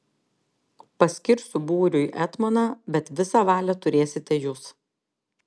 paskirsiu būriui etmoną bet visą valią turėsite jūs